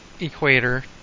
Equator